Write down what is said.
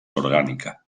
orgánica